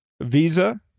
Visa